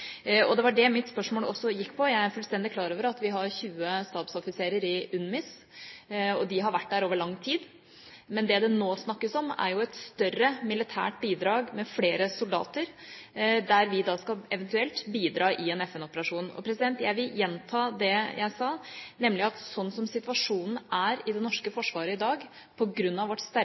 og det var det mitt spørsmål gikk på. Jeg er fullstendig klar over at vi har 20 stabsoffiserer i UNMIS – og de har vært der over lang tid – men det det nå snakkes om, er jo et større militært bidrag med flere soldater, der vi eventuelt skal bidra i en FN-operasjon. Jeg vil gjenta det jeg sa, nemlig at sånn som situasjonen er i det norske forsvaret i dag på grunn av vårt sterke